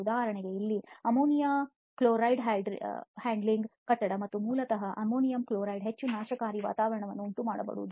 ಉದಾಹರಣೆಗೆ ಇದು ammonium chloride handling chloride handling ಕಟ್ಟಡ ಮತ್ತು ಮೂಲತಃ ಅಮೋನಿಯಂ ಕ್ಲೋರೈಡ್ammonium chloride ಹೆಚ್ಚು ನಾಶಕಾರಿ ವಾತಾವರಣವನ್ನು ಉಂಟುಮಾಡುತ್ತದೆ